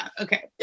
okay